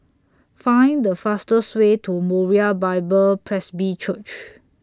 Find The fastest Way to Moriah Bible Presby Church